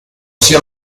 sia